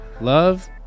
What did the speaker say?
love